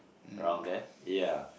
around there ya